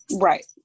right